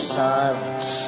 silence